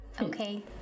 Okay